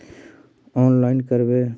Online करवे?